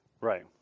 Right